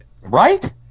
Right